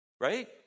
Right